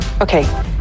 Okay